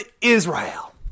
Israel